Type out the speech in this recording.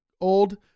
old